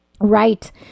Right